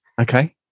Okay